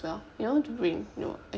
you to bring you know